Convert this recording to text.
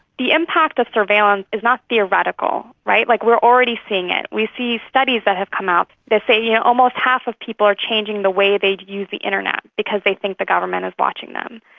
the impact of surveillance is not theoretical. like we are already seeing it. we see studies that have come out that say yeah almost half of people are changing the way they use the internet because they think the government is watching them.